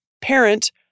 parent